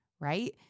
right